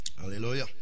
Hallelujah